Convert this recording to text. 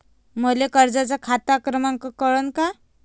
मले कर्जाचा खात क्रमांक कळन का?